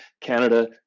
Canada